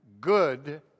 good